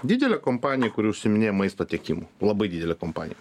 didelė kompanija kuri užsiiminėja maisto tiekimu labai didelė kompanija